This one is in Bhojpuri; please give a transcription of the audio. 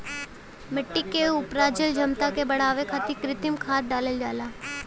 मट्टी के उपराजल क्षमता के बढ़ावे खातिर कृत्रिम खाद डालल जाला